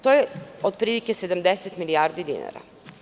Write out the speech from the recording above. To je otprilike 70 milijardi dinara.